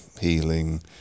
healing